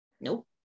Nope